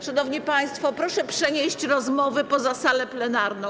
Szanowni państwo, proszę przenieść rozmowy poza salę plenarną.